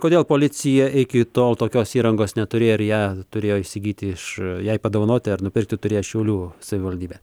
kodėl policija iki tol tokios įrangos neturėjo ir ją turėjo įsigyti iš jai padovanoti ar nupirkti turės šiaulių savivaldybė